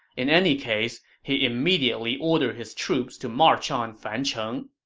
in any case, he immediately ordered his troops to march on fancheng